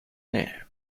nähe